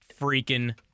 freaking